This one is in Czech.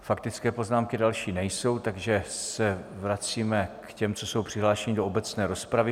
Faktické poznámky další nejsou, takže se vracíme k těm, co jsou přihlášeni do obecné rozpravy.